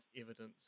evidence